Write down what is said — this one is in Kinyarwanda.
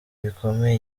bikomeye